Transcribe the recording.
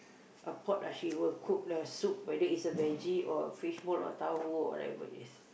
a pot ah she will cook the soup whether it's a veggie or a fishball or tauhu or whatever it is